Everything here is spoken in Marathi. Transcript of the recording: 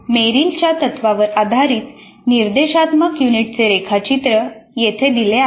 मेरिलच्या तत्त्वांवर आधारित निर्देशात्मक युनिटचे रेखाचित्र येथे दिले आहे